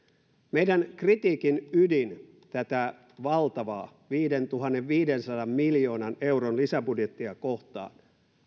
meidän kritiikkimme ydin tätä valtavaa viidentuhannenviidensadan miljoonan euron lisäbudjettia kohtaan